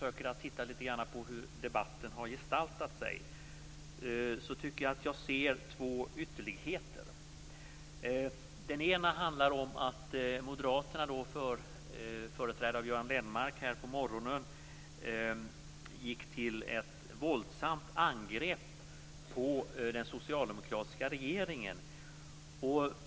Om jag tittar litet grand på hur debatten har gestaltat sig tycker jag att jag ser två ytterligheter. Den ena handlar om att Moderaterna, företrädda av Göran Lennmarker, här på morgonen gick till ett våldsamt angrepp på den socialdemokratiska regeringen.